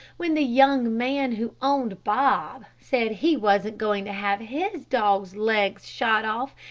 when the young man who owned bob said he wasn't going to have his dog's legs shot off,